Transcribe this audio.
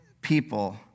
people